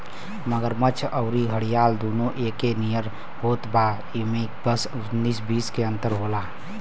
मगरमच्छ अउरी घड़ियाल दूनो एके नियर होत बा इमे बस उन्नीस बीस के अंतर होला